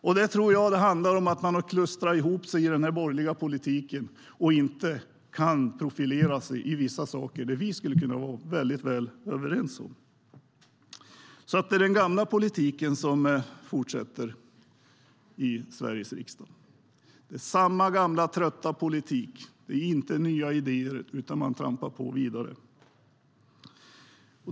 Jag tror att det handlar om att det har klustrat ihop sig i den borgerliga politiken och inte kan profilera sig i vissa saker där vi skulle kunna vara väldigt väl överens. Det är den gamla politiken som fortsätter i Sveriges riksdag. Det är samma gamla trötta politik och inte nya idéer, utan man trampar på vidare.